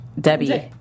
Debbie